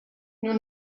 nous